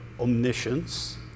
omniscience